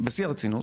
בשיא הרצינות